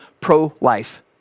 pro-life